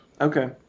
Okay